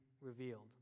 revealed